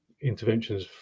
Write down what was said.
interventions